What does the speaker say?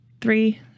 three